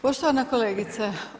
Poštovana kolegice.